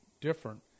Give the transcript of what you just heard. different